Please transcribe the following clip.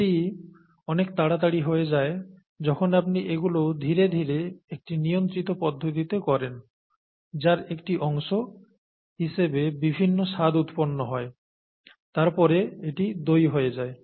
এটি অনেক তাড়াতাড়ি হয়ে যায় যখন আপনি এগুলো ধীরে ধীরে একটি নিয়ন্ত্রিত পদ্ধতিতে করেন যার একটি অংশ হিসেবে বিভিন্ন স্বাদ উৎপন্ন হয় তারপরে এটি দই হয়ে যায়